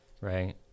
right